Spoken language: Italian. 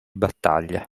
battaglia